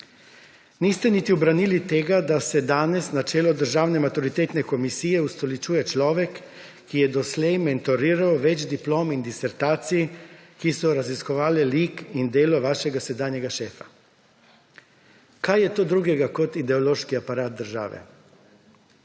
Niste obranili niti tega, da se danes na čelu državne maturitetne komisije ustoličuje človek, ki je doslej mentoriral več diplom in disertacij, ki so raziskovale lik in delo vašega sedanjega šefa. Kaj je to drugega kot ideološki aparat države?